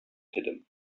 hidden